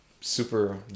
Super